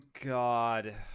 god